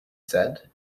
said